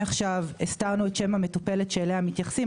עכשיו הסתרנו את שם המטפלת שאליה מתייחסים.